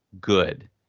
good